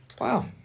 Wow